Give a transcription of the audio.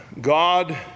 God